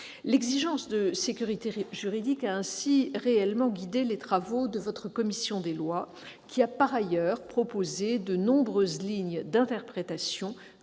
L'exigence de sécurité juridique a réellement guidé les travaux de votre commission des lois, qui a par ailleurs proposé de nombreuses lignes d'interprétation,